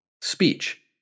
speech